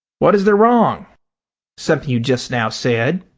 what is there wrong? something you just now said.